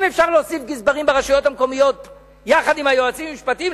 אם אפשר לכלול גזברים ברשויות המקומיות יחד עם היועצים המשפטיים,